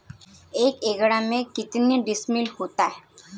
एक एकड़ में कितने डिसमिल होता है?